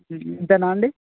అంతేనా అండి